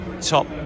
top